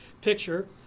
picture